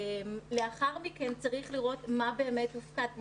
לאחר מכן צריך לראות מה באמת הופקד.